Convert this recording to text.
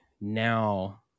now